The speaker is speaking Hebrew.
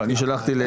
קיבלנו אתמול.